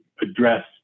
address